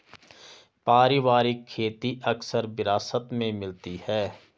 पारिवारिक खेती अक्सर विरासत में मिलती है